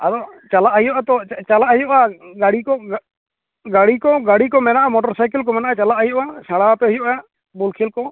ᱟᱫᱚ ᱪᱟᱞᱟ ᱦᱩᱭᱩ ᱟᱛᱚ ᱪᱟᱞᱟ ᱦᱩᱭᱩᱼᱟ ᱜᱟᱹᱲᱤ ᱠᱚ ᱜᱟᱹᱲᱤ ᱠᱚ ᱜᱟᱹᱲᱤ ᱠᱚ ᱢᱮᱱᱟᱼᱟ ᱢᱚᱴᱚᱨ ᱥᱟᱭᱠᱮᱞ ᱠᱚ ᱢᱮᱱᱟᱼᱟ ᱪᱟᱞᱟ ᱦᱩᱭᱩᱼᱟ ᱥᱮᱸᱲᱟ ᱟᱯᱮ ᱦᱩᱭᱩᱼᱟ ᱵᱚᱞᱠᱷᱮᱞ ᱠᱚ